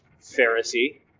Pharisee